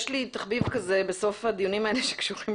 יש לי תחביב כזה בסוף הדיונים שקשורים